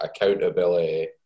accountability